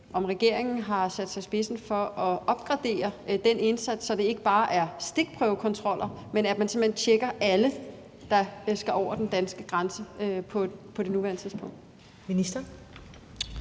om regeringen har sat sig i spidsen for at opgradere den indsats, så det ikke bare er stikprøvekontroller, men at man simpelt hen tjekker alle, der skal over den danske grænse, på nuværende tidspunkt. Kl.